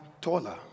taller